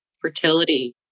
fertility